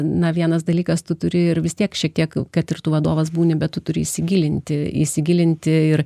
na vienas dalykas tu turi ir vis tiek šiek tiek kad ir tu vadovas būni bet tu turi įsigilinti įsigilinti ir